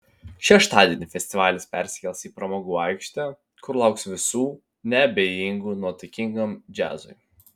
šeštadienį festivalis persikels į pramogų aikštę kur lauks visų neabejingų nuotaikingam džiazui